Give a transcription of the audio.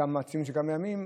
ציונים של כמה ימים,